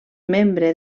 membre